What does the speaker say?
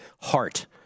heart